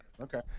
okay